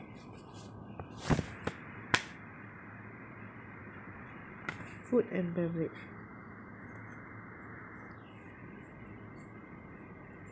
food and beverage